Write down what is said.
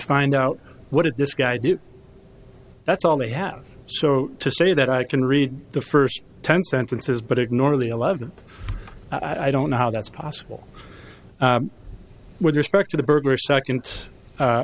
find out what did this guy do that's all they have so to say that i can read the first ten sentences but ignore the eleven i don't know how that's possible with respect to the